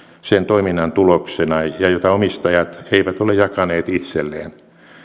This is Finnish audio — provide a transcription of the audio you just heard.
sen toiminnan tuloksena ja jota omistajat eivät ole jakaneet itselleen